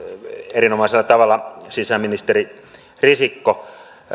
erinomaisella tavalla sisäministeri risikko